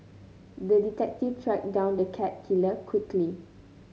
the detective tracked down the cat killer quickly